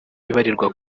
ibarirwa